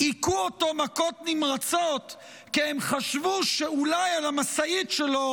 הכו אותו מכות נמרצות כי הם חשבו שאולי על המשאית שלו